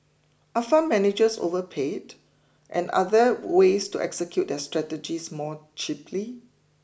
are fund managers overpaid and are there ways to execute their strategies more cheaply